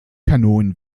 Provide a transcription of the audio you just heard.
kanonen